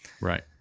right